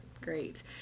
Great